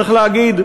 צריך להגיד: